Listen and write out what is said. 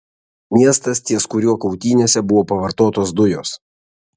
miestas ties kuriuo kautynėse buvo pavartotos dujos